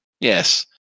Yes